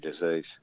disease